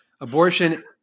abortion